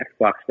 Xbox